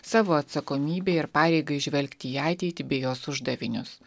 savo atsakomybę ir pareigą žvelgti į ateitį bei jos uždavinius